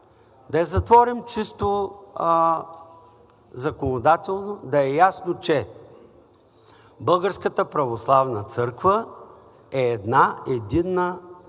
Да я затворим чисто законодателно, да е ясно, че Българската православна църква е една, единна